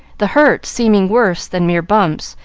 the hurts seeming worse than mere bumps,